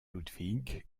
ludwig